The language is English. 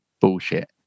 bullshit